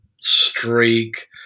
streak